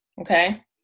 okay